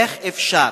איך אפשר